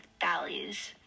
values